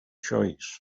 choice